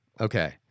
Okay